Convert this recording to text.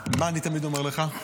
מה אני תמיד אומר לך?